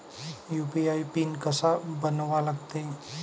UPI pin कसा बनवा लागते?